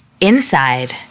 Inside